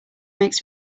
makes